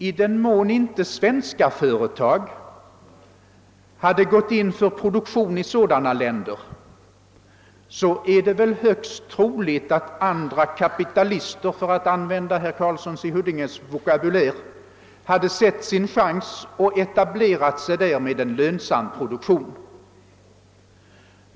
I den mån svenska företag inte hade gått in för produktion i sådana länder är det väl högst troligt att andra kapitalister — för att använda herr Karlssons i Huddinge vokabulär — hade sett sin chans och etablerat sig där med en lönsam produktion.